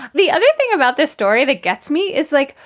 the other thing about this story that gets me is like,